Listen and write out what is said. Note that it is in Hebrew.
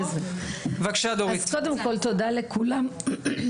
תודה לכולם,